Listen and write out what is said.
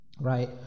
right